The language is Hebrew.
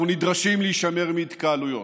אנחנו נדרשים להישמר מהתקהלויות,